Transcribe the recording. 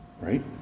right